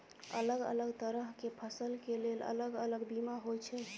अलग अलग तरह केँ फसल केँ लेल अलग अलग बीमा होइ छै?